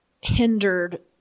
hindered